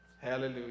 Hallelujah